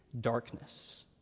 darkness